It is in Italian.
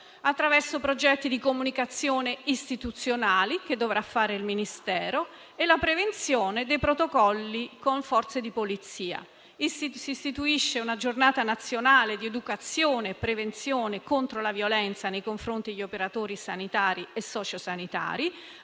attraverso progetti di comunicazione istituzionale, che dovrà fare il Ministero, e la prevenzione dei protocolli con le Forze di polizia. Si istituisce una giornata nazionale di educazione e prevenzione contro la violenza nei confronti degli operatori sanitari e socio-sanitari,